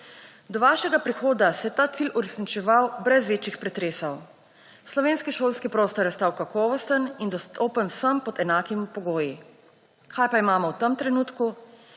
Do vašega prihoda se je ta cilj uresničeval brez večjih pretresov, slovenski šolski prostor je ostal kakovosten in dostopen vsem pod enakimi pogoji. Kaj pa imamo v tem trenutku?